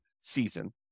season